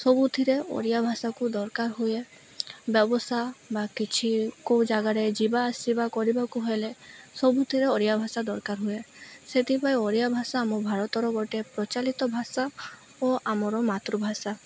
ସବୁଥିରେ ଓଡ଼ିଆ ଭାଷାକୁ ଦରକାର ହୁଏ ବ୍ୟବସାୟ ବା କିଛି କେଉଁ ଜାଗାରେ ଯିବା ଆସିବା କରିବାକୁ ହେଲେ ସବୁଥିରେ ଓଡ଼ିଆ ଭାଷା ଦରକାର ହୁଏ ସେଥିପାଇଁ ଓଡ଼ିଆ ଭାଷା ଆମ ଭାରତର ଗୋଟେ ପ୍ରଚଳିତ ଭାଷା ଓ ଆମର ମାତୃଭାଷା